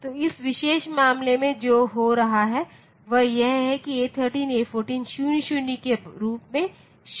तो इस विशेष मामले में जो हो रहा है वह यह है कि A13 A14 00 के रूप में शेष है